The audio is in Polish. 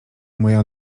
moja